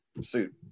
suit